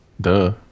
Duh